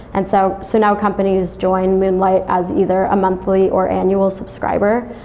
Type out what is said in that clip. and so so now companies join moonlight as either a monthly or annual subscriber.